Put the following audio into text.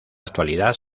actualidad